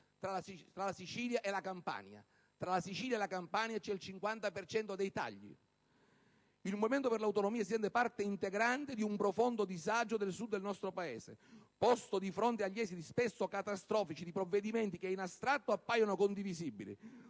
per circa il 50 per cento tra la Sicilia e la Campania. Il Movimento per le Autonomie si sente parte integrante di un profondo disagio del Sud del nostro Paese, posto di fronte agli esiti spesso catastrofici di provvedimenti che in astratto appaiono condivisibili,